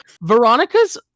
Veronica's